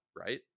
right